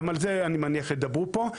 גם על זה אני מניח ידברו פה.